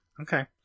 Okay